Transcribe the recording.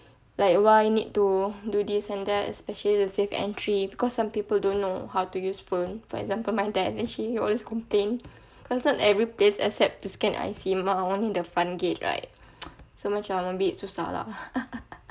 like why need to do this and that especially the safe entry because some people don't know how to use phone for example my dad then he always complain cause not every place accept to scan I_C mah only the front gate right so macam a bit susah lah